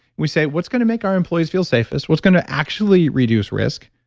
we say, what's going to make our employees feel safest? what's going to actually reduce risk?